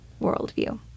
worldview